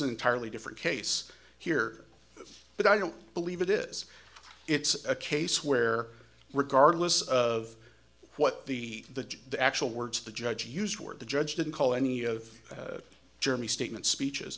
entirely different case here but i don't believe it is it's a case where regardless of what the the the actual words the judge used the word the judge didn't call any of germy statements speeches